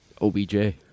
OBJ